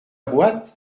boîte